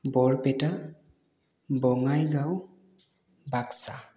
Barpeta Bongaigaon Baksa